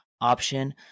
option